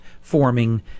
forming